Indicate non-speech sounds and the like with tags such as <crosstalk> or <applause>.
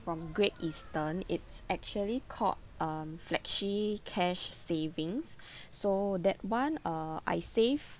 from Great Eastern it's actually called um flexi cash savings <breath> so that [one] uh I save